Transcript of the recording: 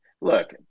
look